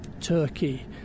Turkey